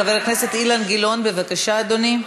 חבר הכנסת אילן גילאון, בבקשה, אדוני.